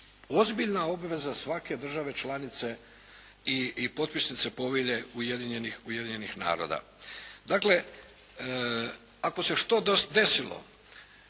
ozbiljna obveza svake države članice i potpisnice povelje Ujedinjenih naroda. Dakle, ako se što desilo,